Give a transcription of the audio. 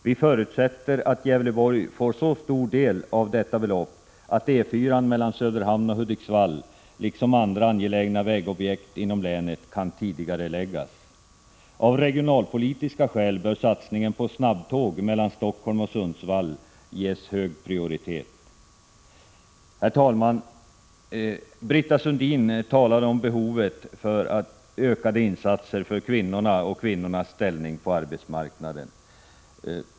Vi förutsätter att Gävleborgs län får så stor del av detta belopp att E 4-an mellan Söderhamn och Hudiksvall, liksom andra angelägna vägobjekt inom länet, kan tidigareläggas. Av regionalpolitiska skäl bör satsningen på snabbtåg mellan Stockholm och Sundsvall ges hög prioritet. Herr talman! Britta Sundin talade om behovet av ökade insatser för att förbättra kvinnornas ställning på arbetsmarknaden.